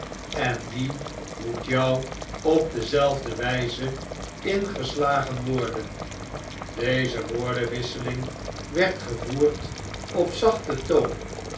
en die moet jou op dezelfde wjjze ingeslagen worden deze woordenwisseling werd gevoerd op zachten toon